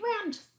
round